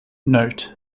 note